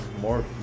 more